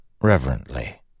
reverently